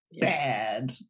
bad